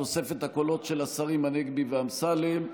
בתוספת הקולות של השרים הנגבי ואמסלם,